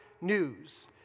news